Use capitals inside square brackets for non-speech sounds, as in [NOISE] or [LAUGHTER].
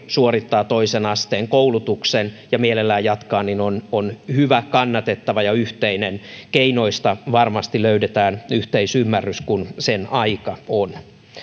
[UNINTELLIGIBLE] suorittaa toisen asteen koulutuksen ja mielellään jatkaa on on hyvä kannatettava ja yhteinen keinoista varmasti löydetään yhteisymmärrys kun sen aika on